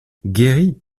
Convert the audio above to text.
guéri